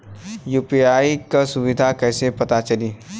UPI क सुविधा कैसे पता चली?